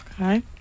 Okay